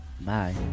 bye